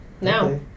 now